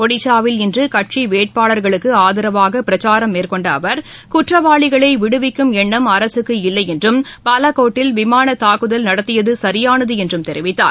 ஒடிஸாவில் இன்றுகட்சிவேட்பாளா்களுக்குஆதரவாகபிரச்சாரம் மேற்கொண்டஅவர் குற்றவாளிகளைவிடுவிக்கும் எண்ணம் அரசுக்கு இல்லைஎன்றும் பாலக்கோட்டில் விமானதாக்குதல் நடத்தியதுசரியானதுஎன்றும் தெரிவித்தார்